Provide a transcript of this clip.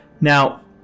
Now